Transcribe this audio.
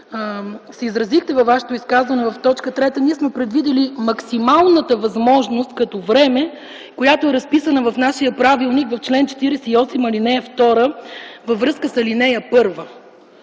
се изразихте във Вашето изказване, в т. 3 ние сме предвидили максималната възможност като време, която е разписана в нашия правилник в чл. 48, ал. 2 във връзка с ал. 1.